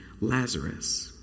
Lazarus